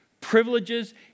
privileges